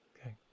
Okay